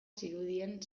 zirudien